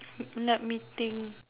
let me think